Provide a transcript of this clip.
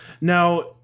Now